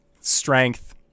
Strength